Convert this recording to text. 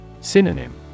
Synonym